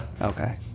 Okay